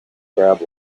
crab